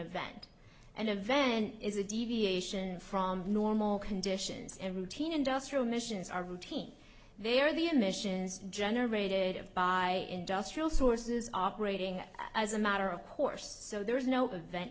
event and event is a deviation from normal conditions and routine industrial missions are routine they are the emissions generated of by industrial sources operating as a matter of course so there is no event